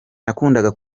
nakundaga